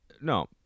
No